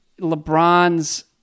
LeBron's